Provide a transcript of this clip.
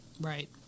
Right